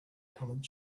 colored